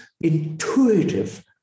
intuitive